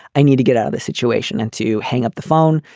i need to get out of this situation and to hang up the phone.